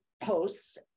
post